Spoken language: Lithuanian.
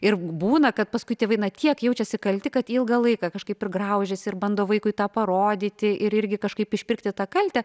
ir būna kad paskui tėvai tiek jaučiasi kalti kad ilgą laiką kažkaip ir graužiasi ir bando vaikui tą parodyti ir irgi kažkaip išpirkti tą kaltę